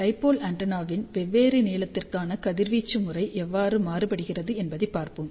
dipole ஆண்டெனாவின் வெவ்வேறு நீளத்திற்கான கதிர்வீச்சு முறை எவ்வாறு மாறுபடுகிறது என்பதைப் பார்ப்போம்